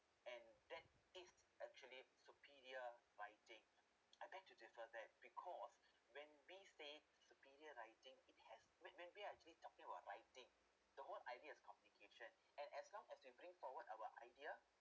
and that is actually superior writing I beg to differ that because when we say superior writing it has when when we're actually talking about writing the whole ideas is complication and as long as we bring forward our idea